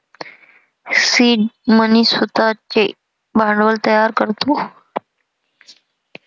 seed money स्वतःचे भांडवल तयार करतो